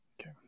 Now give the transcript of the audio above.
okay